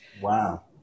Wow